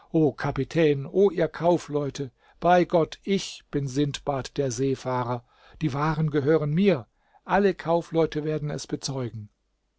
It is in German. kapitän o ihr kaufleute bei gott ich bin sindbad der seefahrer die waren gehören mir alle kaufleute werden es bezeugen